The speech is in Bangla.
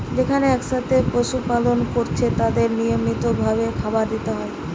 যেখানে একসাথে পশু পালন কোরছে তাদেরকে নিয়মিত ভাবে খাবার দিতে হয়